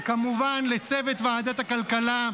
וכמובן לצוות ועדת הכלכלה,